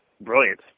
brilliant